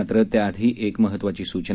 मात्र त्याआधी के महत्त्वाची सूचना